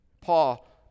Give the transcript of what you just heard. Paul